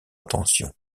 attention